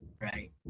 Right